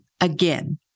Again